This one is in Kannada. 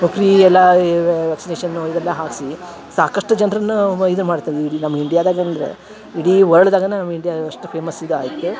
ಫ್ರೀ ಎಲ್ಲ ಈ ವಾಕ್ಸಿನೇಶನ್ ಇದೆಲ್ಲ ಹಾಕಿಸಿ ಸಾಕಷ್ಟು ಜನ್ರನ ವ ಇದು ಮಾಡ್ತಾ ನಮ್ಮ ಇಂಡಿಯಾದಾಗ ಅಂದ್ರ ಇಡೀ ವರ್ಲ್ಡ್ದಾಗ ನಾ ಇಂಡಿಯಾ ಅಷ್ಟು ಫೇಮಸ್ ಇದು ಆಯಿತು